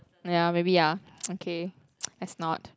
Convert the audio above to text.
ya maybe ya okay let's not